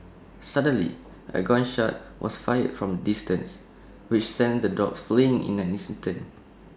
suddenly A gun shot was fired from A distance which sent the dogs fleeing in an instant